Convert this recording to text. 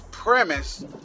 Premise